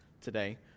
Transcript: today